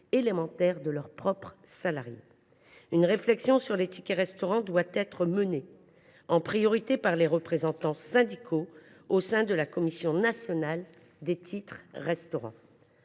élémentaires de leurs propres salariés. Une réflexion sur les tickets restaurant doit être menée, en priorité par les représentants syndicaux au sein de la Commission nationale des titres restaurant.